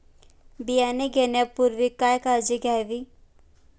बियाणे घेण्यापूर्वी काय काळजी घ्यावी?